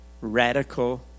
radical